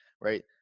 right